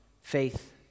faith